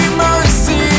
mercy